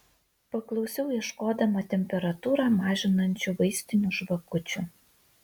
paklausiau ieškodama temperatūrą mažinančių vaistinių žvakučių